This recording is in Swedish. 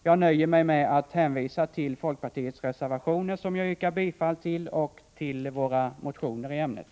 Jag nöjer mig med att hänvisa till folkpartiets reservationer, som jag yrkar bifall till, och våra motioner i ämnet.